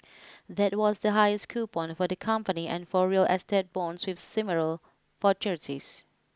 that was the highest coupon for the company and for real estate bonds with similar maturities